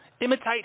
imitate